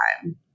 time